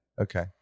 okay